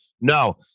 No